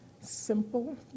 simple